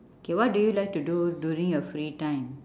okay what do you like to do during your free time